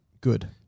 good